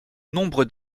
nombre